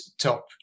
top